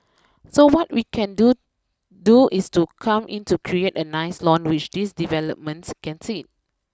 so what we can do do is to come in to create a nice lawn which these developments can sit